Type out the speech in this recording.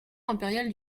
impériale